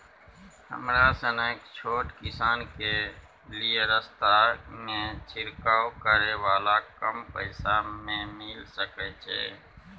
हमरा सनक छोट किसान के लिए सस्ता में छिरकाव करै वाला कम पैसा में मिल सकै छै?